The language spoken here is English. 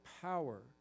power